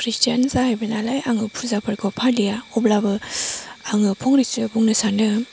खृष्टियान जाहैबायनालाय आङो फुजाफोरखौ फालिया अब्लाबो आङो फंनैसो बुंनो सानो